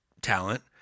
talent